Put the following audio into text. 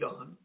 on